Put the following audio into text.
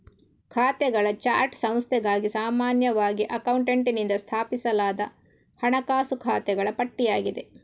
ಖಾತೆಗಳ ಚಾರ್ಟ್ ಸಂಸ್ಥೆಗಾಗಿ ಸಾಮಾನ್ಯವಾಗಿ ಅಕೌಂಟೆಂಟಿನಿಂದ ಸ್ಥಾಪಿಸಲಾದ ಹಣಕಾಸು ಖಾತೆಗಳ ಪಟ್ಟಿಯಾಗಿದೆ